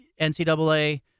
NCAA